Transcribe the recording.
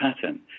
pattern